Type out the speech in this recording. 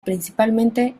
principalmente